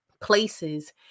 places